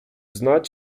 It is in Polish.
znać